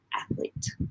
athlete